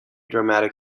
dramatic